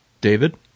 David